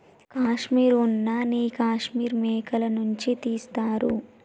కాశ్మీర్ ఉన్న నీ కాశ్మీర్ మేకల నుంచి తీస్తారు